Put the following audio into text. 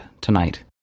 tonight